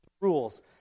rules